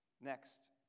Next